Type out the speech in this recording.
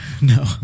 No